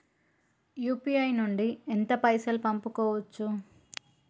UPI నుండి ఎంత పైసల్ పంపుకోవచ్చు?